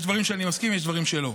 יש דברים שאני מסכים איתם, יש דברים שלא.